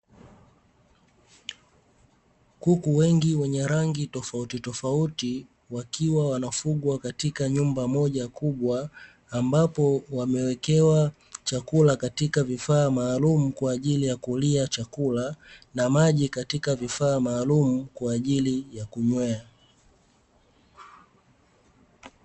Kuku wengi wenye rangi tofautitofauti, wakiwa wanafugwa katika nyumba moja kubwa ambapo wamewekewa chakula katika vifaa maalumu kwa ajili ya kulia chakula na maji katika vifaa maalumu kwa ajili ya kunywea.